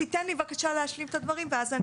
תיתן לי בבקשה להשלים את הדברים.